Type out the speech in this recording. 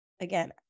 Again